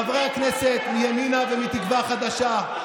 חברי הכנסת מימינה ומתקווה חדשה,